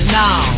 now